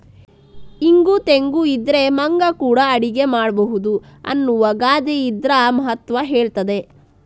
ಇಂಗು ತೆಂಗು ಇದ್ರೆ ಮಂಗ ಕೂಡಾ ಅಡಿಗೆ ಮಾಡ್ಬಹುದು ಅನ್ನುವ ಗಾದೆ ಇದ್ರ ಮಹತ್ವ ಹೇಳ್ತದೆ